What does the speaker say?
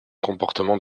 comportement